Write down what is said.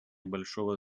большого